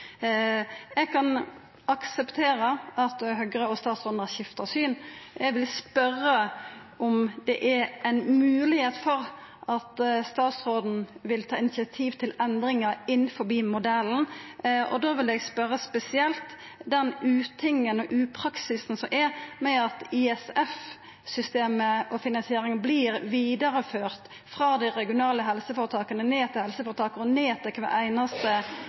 Eg kan akseptera at Høgre og statsråden har skifta syn. Eg vil spørja om det er ei moglegheit for at statsråden vil ta initiativ til endringar innanfor modellen. Og da vil eg spørja om spesielt den utingen og «upraksisen» som er med at ISF-systemet og finansiering vert vidareført frå dei regionale helseføretaka ned til helseføretaka og ned til kvar einaste